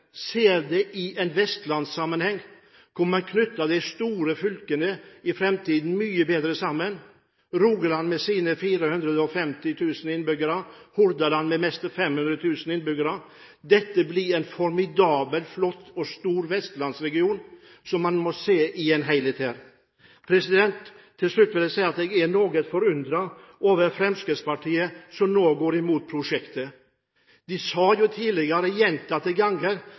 Ser man det i en vestlandssammenheng, knyttes de store fylkene mye bedre sammen i framtiden – Rogaland med sine 450 000 innbyggere og Hordaland med nesten 500 000 innbyggere. Dette blir en formidabel flott og stor vestlandsregion som en må se i en helhet her. Til slutt vil jeg si at jeg er noe forundret over at Fremskrittspartiet nå går imot prosjektet. De sa tidligere gjentatte ganger